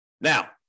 Now